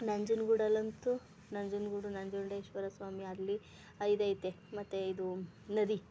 ನಂಜನಗೂಡಲ್ಲಂತು ನಂಜನಗೂಡು ನಂಜುಂಡೇಶ್ವರ ಸ್ವಾಮಿ ಅಲ್ಲಿ ಐದು ಇದೆ ಮತ್ತು ಇದು ನದಿ